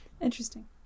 Interesting